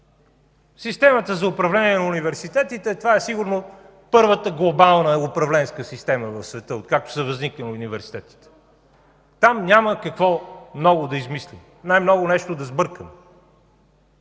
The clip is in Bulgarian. Системата за управление на университетите е сигурно първата глобална управленска система в света, откакто са възникнали университетите. Там няма какво ново да измислим, най-много нещо да сбъркаме.